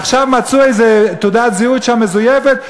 עכשיו מצאו שם תעודת זהות מזויפת.